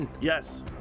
Yes